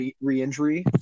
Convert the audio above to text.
re-injury